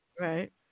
Right